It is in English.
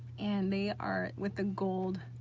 and they are with the gold,